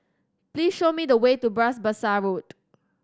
please show me the way to Bras Basah Road